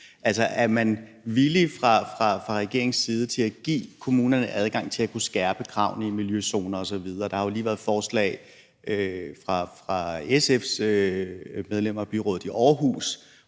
Er man fra regeringens side villig til at give kommunerne adgang til at kunne skærpe kravene i forhold til miljøzoner osv.? Der har lige været et forslag fra SF's medlemmer af byrådet i Aarhus